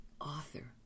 author